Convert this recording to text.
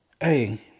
Hey